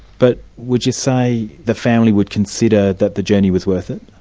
but would you say the family would consider that the journey was worth it?